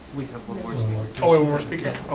we have one more and more speaker.